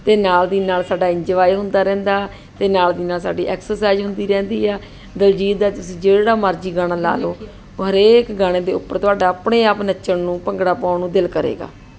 ਅਤੇ ਨਾਲ ਦੀ ਨਾਲ ਸਾਡਾ ਇੰਜੋਏ ਹੁੰਦਾ ਰਹਿੰਦਾ ਅਤੇ ਨਾਲ ਦੀ ਨਾਲ ਸਾਡੀ ਐਕਸਰਸਾਈਜ਼ ਹੁੰਦੀ ਰਹਿੰਦੀ ਆ ਦਿਲਜੀਤ ਦਾ ਤੁਸੀਂ ਜਿਹੜਾ ਮਰਜ਼ੀ ਗਾਣਾ ਲਾ ਲਓ ਹਰੇਕ ਗਾਣੇ ਦੇ ਉੱਪਰ ਤੁਹਾਡਾ ਆਪਣੇ ਆਪ ਨੱਚਣ ਨੂੰ ਭੰਗੜਾ ਪਾਉਣ ਨੂੰ ਦਿਲ ਕਰੇਗਾ